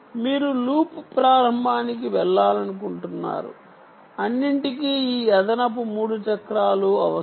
మీరు లూప్ ప్రారంభానికి వెళ్లాలనుకుంటున్నారు అన్నింటికీ ఈ అదనపు 3 చక్రాలు అవసరం